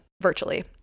virtually